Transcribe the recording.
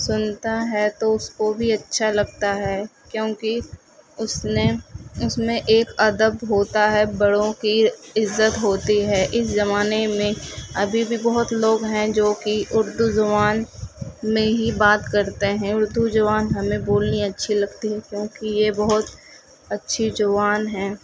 سنتا ہے تو اس کو بھی اچھا لگتا ہے کیونکہ اس نے اس میں ایک ادب ہوتا ہے بڑوں کی عزت ہوتی ہے اس زمانے میں ابھی بھی بہت لوگ ہیں جو کہ اردو زبان میں ہی بات کرتے ہیں اردو زبان ہمیں بولنی اچھی لگتی ہے کیونکہ یہ بہت اچھی زبان ہے